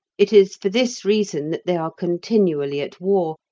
it is for this reason that they are continually at war,